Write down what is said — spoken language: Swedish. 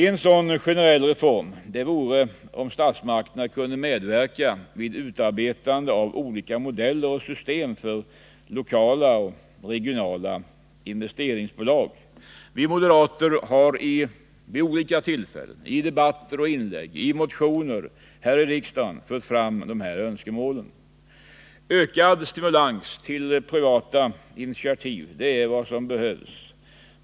En sådan generell reform vore om statsmakterna kunde medverka vid utarbetande av olika modeller och system för regionala och lokala investeringsbolag. Vi moderater har vid olika tillfällen i debatter och i motioner här i riksdagen fört fram dessa önskemål. Ökad stimulans till privata initiativ är vad som behövs.